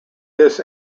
this